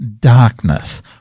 darkness